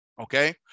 okay